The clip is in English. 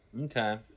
Okay